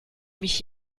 mich